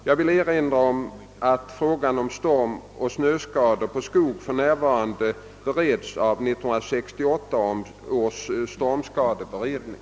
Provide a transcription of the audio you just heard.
Jag vill erinra om att frågan om stormoch snöskador på skog för närvarande bereds av 1968 års stormskadeberedning.